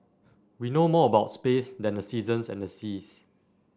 we know more about space than the seasons and the seas